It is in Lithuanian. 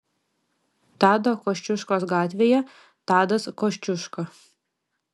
tado kosciuškos gatvėje tadas kosciuška